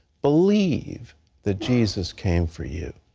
believe that jesus came for you.